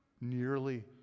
Nearly